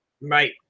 Right